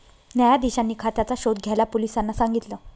न्यायाधीशांनी खात्याचा शोध घ्यायला पोलिसांना सांगितल